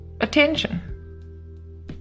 attention